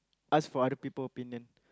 ask for other people opinion